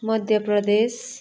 Madhya Pradesh